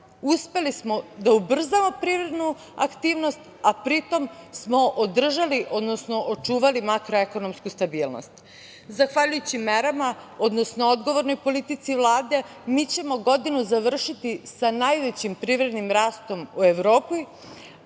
uspeli smo da ubrzamo privrednu aktivnost, a pritom smo održali, odnosno očuvali makro ekonomsku stabilnost. Zahvaljujući merama, odnosno odgovornoj politici Vlade mi ćemo godinu završiti sa najvećim privrednim rastom u Evropi,